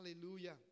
Hallelujah